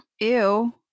ew